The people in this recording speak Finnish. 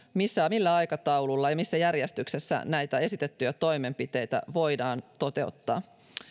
millä aikataululla ja missä järjestyksessä näitä esitettyjä toimenpiteitä voidaan toteuttaa